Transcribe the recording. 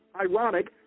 Ironic